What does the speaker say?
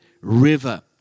river